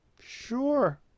sure